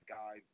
guy